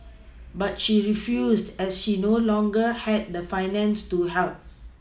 but she refused as she no longer had the finances to help